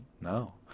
No